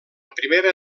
primera